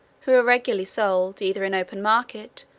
who were regularly sold, either in open market,